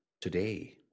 today